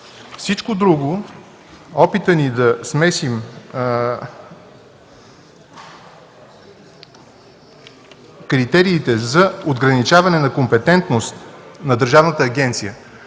Всичко друго, опитът ни да смесим критериите за ограничаване на компетентност на Държавната агенция